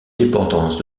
dépendance